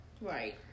Right